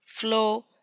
flow